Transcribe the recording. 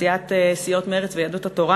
סיעות מרצ ויהדות התורה,